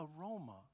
aroma